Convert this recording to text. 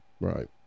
Right